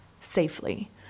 safely